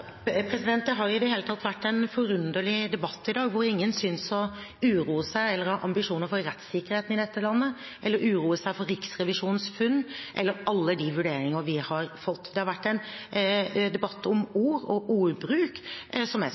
Det har i det hele tatt vært en forunderlig debatt i dag, hvor ingen synes å uroe seg eller å ha ambisjoner for rettssikkerheten i dette landet, eller uroe seg for Riksrevisjonens funn eller alle de vurderinger vi har fått. Det har vært en debatt om ord og ordbruk som